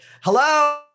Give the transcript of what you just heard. hello